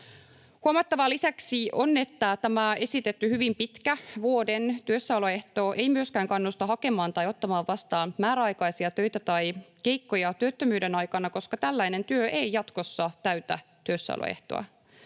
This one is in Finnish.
Huomattavaa lisäksi on, että tämä esitetty hyvin pitkä, vuoden, työssäoloehto ei myöskään kannusta hakemaan tai ottamaan vastaan määräaikaisia töitä tai keikkoja työttömyyden aikana, koska tällainen työ ei jatkossa täytä työssäoloehtoa.